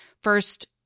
first